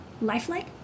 lifelike